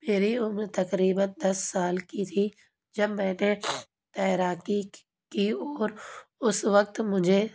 میری عمر تقریباً دس سال کی تھی جب میں نے تیراکی کی اور اس وقت مجھے